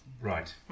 Right